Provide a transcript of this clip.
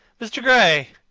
mr. gray,